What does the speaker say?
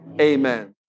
amen